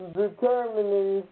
determining